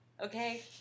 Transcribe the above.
okay